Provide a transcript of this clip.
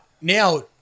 now